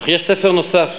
אך יש ספר נוסף,